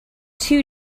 two